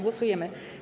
Głosujemy.